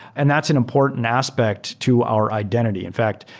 and that's an important aspect to our identity. in fact,